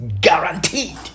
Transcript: guaranteed